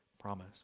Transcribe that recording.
promise